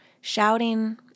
shouting